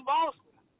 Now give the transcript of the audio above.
Boston